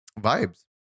Vibes